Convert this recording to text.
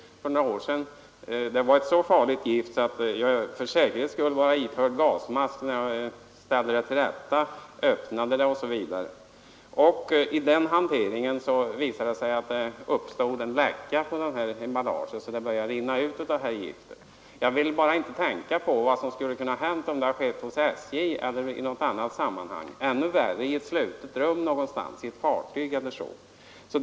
Det rörde sig om ett så farligt gift att jag för säkerhets skull var iförd gasmask när jag ställde det till rätta, öppnade det osv. Det uppstod en läcka på emballaget så att gift började rinna ut. Jag vill inte tänka på vad som skulle ha kunnat hända om detta hade inträffat hos SJ eller, ännu värre, i något slutet rum, såsom i ett fartyg.